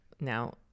now